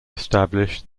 established